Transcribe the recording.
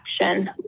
action